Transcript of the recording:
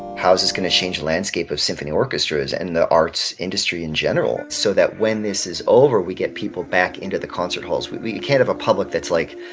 how is this going to change the landscape of symphony orchestras and the arts industry in general so that when this is over, we get people back into the concert halls? we we can't have a public that's, like,